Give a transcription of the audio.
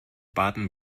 baden